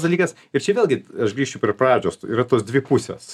dalykas ir čia vėlgi aš grįšiu prie pradžios yra tos dvi pusės